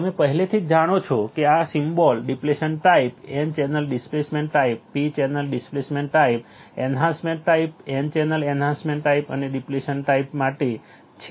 તમે પહેલેથી જ જાણો છો કે આ symbol depletion type N channel depletion type P channel depletion type enhancement type N channel enhancement અને ડિપ્લેશન ટાઈપ માટે છે